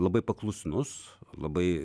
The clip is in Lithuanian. labai paklusnus labai